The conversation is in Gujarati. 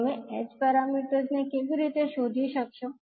તમે h પેરામીટર્સને કેવી રીતે શોધી શકશો